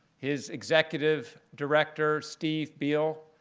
his executive director, steve biel,